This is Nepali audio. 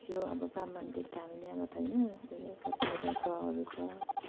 यो अब ब्रह्माण्ड देख्दा हामी यहाँबाट होइन उयो कतिवटा ग्रहहरू छ